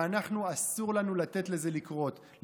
ואנחנו, אסור לנו לתת לזה לקרות.